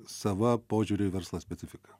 sava požiūrio į verslą specifika